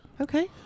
Okay